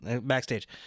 backstage